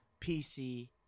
PC